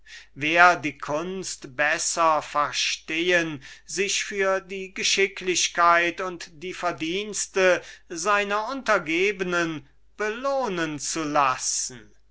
wer wird die kunst besser verstehen sich für die geschicklichkeit und die verdienste seiner subalternen belohnen zu lassen